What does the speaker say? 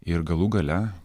ir galų gale